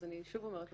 אז אני שוב אומרת.